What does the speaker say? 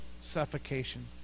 suffocation